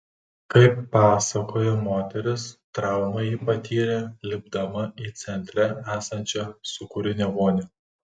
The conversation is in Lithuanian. kaip pasakoja moteris traumą ji patyrė lipdama į centre esančią sūkurinę vonią